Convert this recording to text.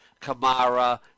Kamara